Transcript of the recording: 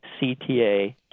CTA